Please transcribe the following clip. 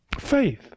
Faith